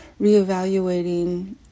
reevaluating